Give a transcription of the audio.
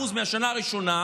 75% לפחות מהשנה הראשונה.